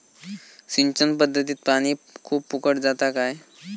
सिंचन पध्दतीत पानी खूप फुकट जाता काय?